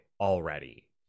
already